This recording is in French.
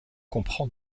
comprend